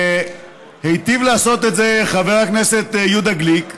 היטיב לעשות את זה חבר הכנסת יהודה גליק,